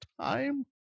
time